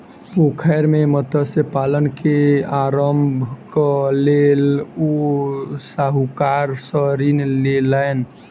पोखैर मे मत्स्य पालन के आरम्भक लेल ओ साहूकार सॅ ऋण लेलैन